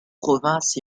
provinces